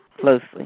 closely